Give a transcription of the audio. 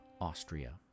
Austria